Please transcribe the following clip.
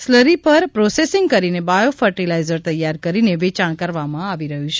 slurry પર processing કરીને bio fertiliser તૈયાર કરીને વેચાણ કરવામાં આવી રહ્યું છે